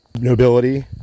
nobility